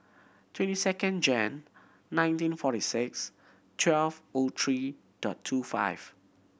twenty second Jan nineteen forty six twelve O three dot two five